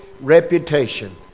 reputation